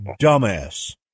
dumbass